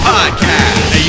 Podcast